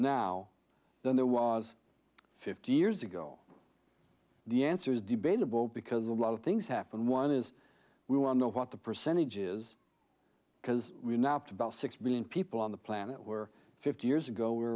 now than there was fifty years ago the answer is debatable because a lot of things happen one is we want to know what the percentage is because we're not about six billion people on the planet were fifty years ago were